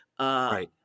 Right